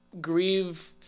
grieve